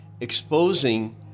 exposing